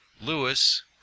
Lewis